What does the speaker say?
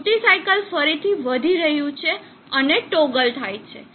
duty cycle ફરીથી વધી રહ્યું છે અને ટોગલ થાય છે